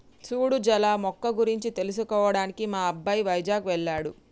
సూడు జల మొక్క గురించి తెలుసుకోవడానికి మా అబ్బాయి వైజాగ్ వెళ్ళాడు